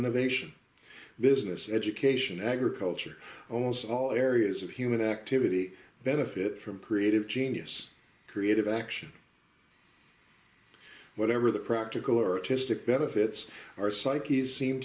innovation business education agriculture oh it's all areas of human activity benefit from creative genius creative action whatever the practical or to stick benefits our psyches seem